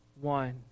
one